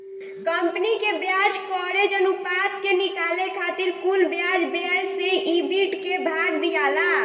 company के ब्याज coverage अनुपात के निकाले खातिर कुल ब्याज व्यय से ईबिट के भाग दियाला